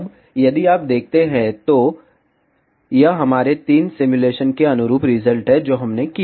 अब यदि आप देखते हैं तो यह हमारे ३ सिमुलेशन के अनुरूप रिजल्ट है जो हमने किया